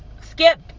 Skip